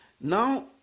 now